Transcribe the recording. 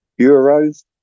euros